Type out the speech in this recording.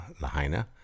Lahaina